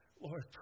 Lord